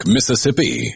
Mississippi